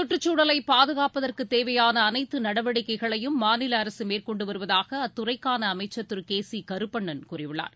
சுற்றுச்சூழலை பாதுகாப்பதற்கு தேவையான அனைத்து நடவடிக்கைகளையும் மாநில அரசு மேற்கொண்டு வருவதாக அத்துறைக்கான அமைச்சர் திரு கே சி கருப்பண்ணன் கூறியுள்ளார்